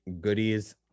goodies